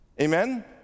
amen